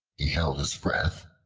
he held his breath,